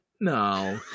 No